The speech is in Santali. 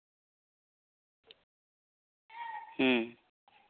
ᱦᱩᱸ